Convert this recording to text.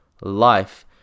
life